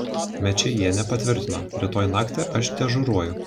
mečėjienė patvirtino rytoj naktį aš dežuruoju